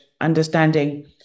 understanding